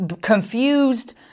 confused